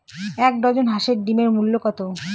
এক ডজন হাঁসের ডিমের মূল্য কত?